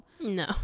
no